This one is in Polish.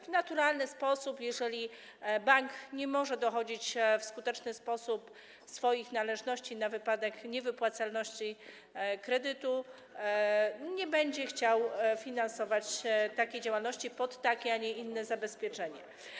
To naturalne - jeżeli bank nie może dochodzić w skuteczny sposób swoich należności na wypadek niewypłacalności kredytu, nie będzie chciał finansować takiej działalności pod takie, a nie inne zabezpieczenie.